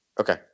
Okay